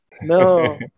no